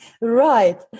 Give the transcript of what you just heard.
Right